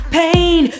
pain